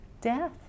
death